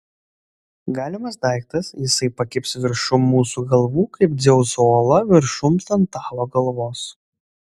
galimas daiktas jisai pakibs viršum mūsų galvų kaip dzeuso uola viršum tantalo galvos